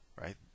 right